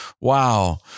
Wow